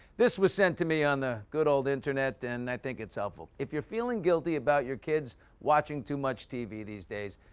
this was sent to me on the good old internet and i think it's helpful. if you're feeling guilty about your kids watching too much tv these days,